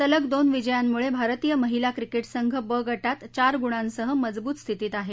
सलग दोन विजयांमुळे भारतीय महिला क्रिकेट संघ ब गटात चार गुणांसह मजबूत स्थितीत आहे